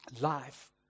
life